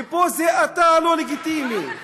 ופה זה אתה הלא-לגיטימי, נראה לך.